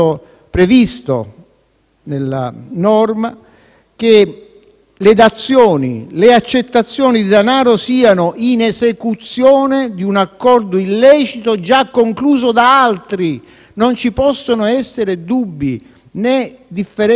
nella norma che le dazioni, le accettazioni di danaro siano in esecuzione di un accordo illecito già concluso da altri. Non ci possono essere dubbi, né differenti interpretazioni.